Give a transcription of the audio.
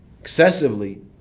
excessively